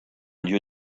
lieu